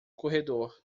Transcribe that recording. corredor